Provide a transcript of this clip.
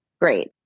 great